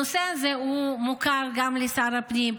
הנושא הזה מוכר גם לשר הפנים.